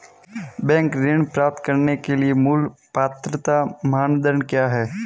Bank ऋण प्राप्त करने के लिए मूल पात्रता मानदंड क्या हैं?